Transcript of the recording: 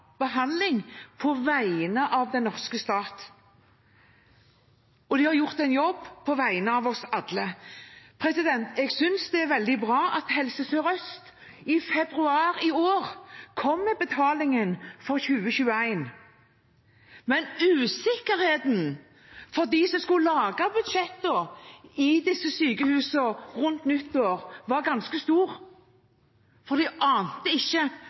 behandling på vegne av den norske stat. De har gjort en jobb på vegne av oss alle. Jeg synes det er veldig bra at Helse Sør-Øst i februar i år kom med betalingen for 2021, men usikkerheten for dem som skulle lage budsjettene i disse sykehusene rundt nyttår, var ganske stor, for de ante ikke om de fikk det dekket. De fikk dekket mye. Det var ikke